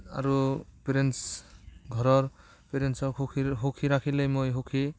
আৰু পেৰেণ্টছ ঘৰৰ পেৰেণ্টছক সুখী সুখী ৰাখিলে মই সুখী